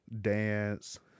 dance